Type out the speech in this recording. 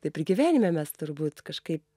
taip ir gyvenime mes turbūt kažkaip